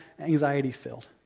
anxiety-filled